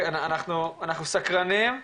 אנחנו סקרנים,